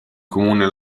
comune